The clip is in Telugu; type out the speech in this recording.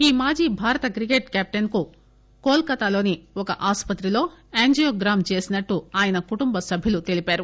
ఈ మాజీ భారత క్రికెట్ కెప్టెన్ కు కోల్ కతాలోని ఒక ఆసుపత్రిలో యాంజియోగ్రామ్ చేసినట్లు ఆయన కుటుంబ సభ్యులు తెలియజేశారు